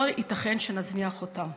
לא ייתכן שנזניח אותם.